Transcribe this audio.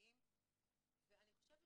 החברתיים ואני חושבת